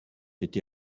été